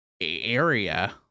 area